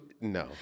No